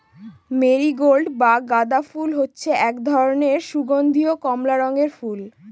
marigold বা গাঁদা ফুল হচ্ছে এক ধরনের সুগন্ধীয় কমলা রঙের ফুল